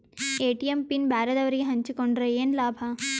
ATM PIN ಬ್ಯಾರೆದವರಗೆ ಹಂಚಿಕೊಂಡರೆ ಏನು ಲಾಭ?